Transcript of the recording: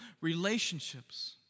relationships